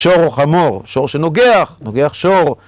שור או חמור, שור שנוגח, נוגח שור.